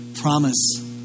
promise